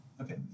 okay